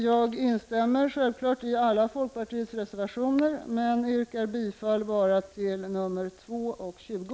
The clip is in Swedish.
Jag instämmer självklart i alla folkpartiets reservationer, men jag yrkar bara bifall till nr 2 och 20.